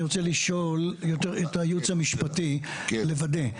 אני רוצה לשאול, יותר את הייעוץ המשפטי, לוודא.